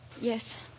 Yes